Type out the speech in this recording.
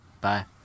Bye